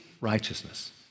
righteousness